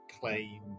claim